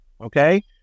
okay